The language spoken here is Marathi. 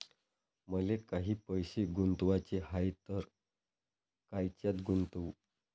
मले काही पैसे गुंतवाचे हाय तर कायच्यात गुंतवू?